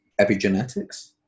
epigenetics